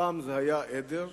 הפעם זה היה עדר.